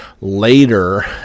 later